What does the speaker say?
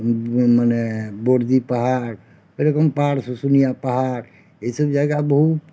মানে বর্দি পাহাড় ওইরকম পাহাড় শুশুনিয়া পাহাড় এইসব জায়গায় বহু